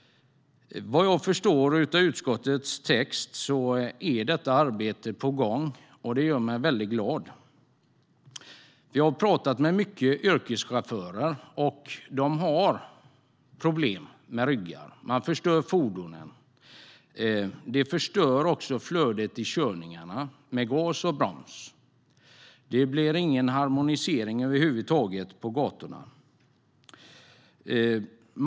Vad jag förstår av utskottets text är detta arbete på gång, vilket gör mig väldigt glad. Jag har pratat med många yrkeschaufförer som har problem med ryggen. Farthindren förstör också fordonen. De förstör flödet i körningarna på grund av gasandet och bromsandet. Det blir ingen harmonisering över huvud taget på gatorna.